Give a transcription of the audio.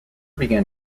began